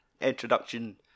introduction